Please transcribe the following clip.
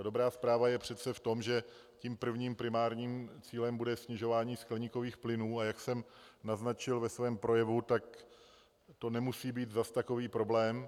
Ta dobrá zpráva je přece v tom, že tím prvním primárním cílem bude snižování skleníkových plynů, a jak jsem naznačil ve svém projevu, tak to nemusí být zas takový problém.